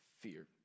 fear